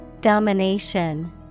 Domination